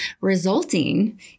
resulting